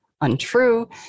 untrue